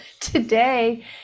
today